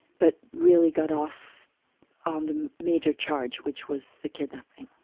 but really got off on the major charge, which was the kidnapping.